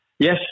Yes